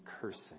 cursing